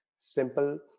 Simple